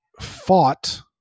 fought